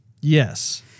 Yes